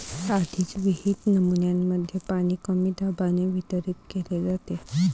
आधीच विहित नमुन्यांमध्ये पाणी कमी दाबाने वितरित केले जाते